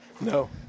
No